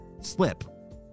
slip